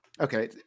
Okay